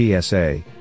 PSA